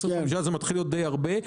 זה מתחיל להיות דיי הרבה.